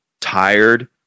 tired